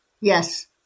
Yes